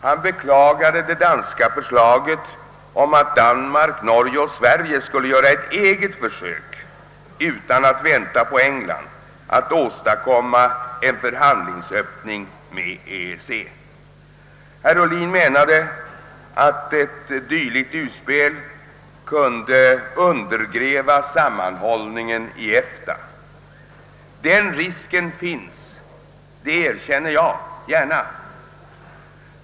Han beklagade det danska förslaget om att Danmark, Norge och Sverige — utan att vänta på England — skulle göra ett eget försök att åstadkomma en förhandlingsöppning med EEC. Herr Ohlin menade att ett dylikt utspel kunde undergräva sammanhållningen inom EFTA. Den risken finns, det erkänner jag gärna.